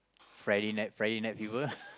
Friday night Friday night fever